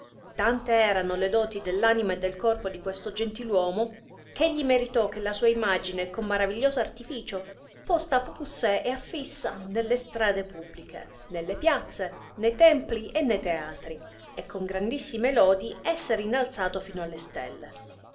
tante erano le doti dell anima e del corpo di questo gentil uomo eh egli meritò che la sua imagine con maraviglioso artifìcio posta fusse e affissa nelle strade pubbliche nelle piazze ne templj e ne teatri e con grandissime lodi esser inalzato fino alle stelle